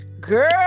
girl